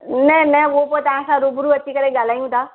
न न उ पो तांखा रूबरु अची करे ॻाल्हायूंता